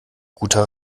guter